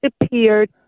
appeared